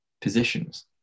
positions